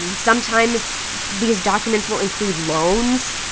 sometimes these documents will include loans.